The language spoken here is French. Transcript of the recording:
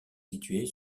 situé